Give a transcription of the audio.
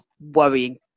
worrying